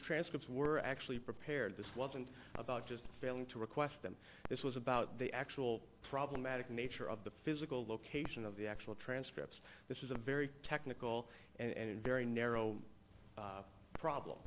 transcripts were actually prepared this wasn't about just failing to request them this was about the actual problematic nature of the physical location of the actual transcripts this is a very technical and very narrow problem